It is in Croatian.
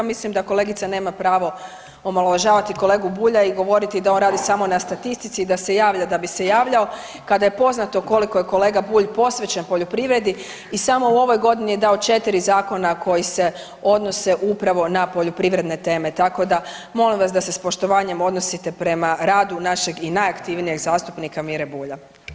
Mislim da kolegica nema pravo omalovažavati kolegu Bulja i govoriti da on radi samo na statistici, da se javlja da bi se javljao kada je poznato koliko je kolega Bulj posvećen poljoprivredi i samo u ovoj godini je dao četiri zakona koji se odnose upravo na poljoprivredne teme, tako da molim vas da se s poštovanjem odnosite prema radu našeg i najaktivnijeg zastupnika Mire Bulja.